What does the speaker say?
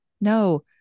no